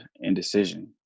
indecision